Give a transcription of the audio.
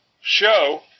show